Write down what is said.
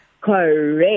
Correct